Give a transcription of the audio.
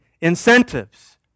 incentives